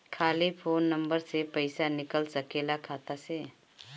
खाली phone number से पईसा निकल सकेला खाता से?